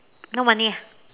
no money ah